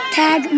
tag